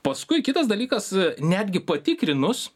paskui kitas dalykas netgi patikrinus